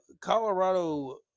colorado